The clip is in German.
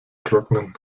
trocknen